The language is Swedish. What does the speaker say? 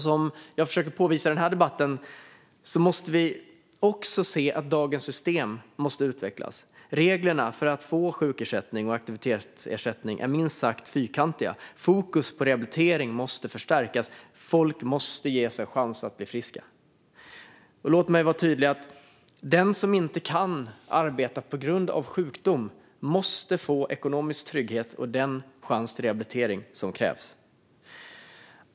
Som jag försöker påvisa i denna debatt måste vi också se att dagens system måste utvecklas. Reglerna för att få sjukersättning och aktivitetsersättning är minst sagt fyrkantiga. Fokus på rehabilitering måste förstärkas. Folk måste ges en chans att bli friska. Låt mig vara tydlig: Den som inte kan arbeta på grund av sjukdom måste få ekonomisk trygghet och den chans till rehabilitering som krävs.